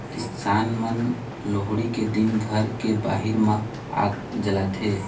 किसान मन लोहड़ी के दिन घर के बाहिर म आग जलाथे